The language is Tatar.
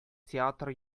театр